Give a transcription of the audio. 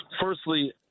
Firstly